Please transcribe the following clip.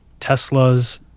Teslas